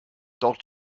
dort